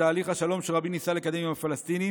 לתהליך השלום שרבין ניסה לקדם עם הפלסטינים.